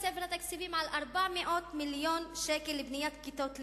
בספר התקציבים על 400 מיליון שקלים לבניית כיתות לימוד.